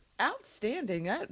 Outstanding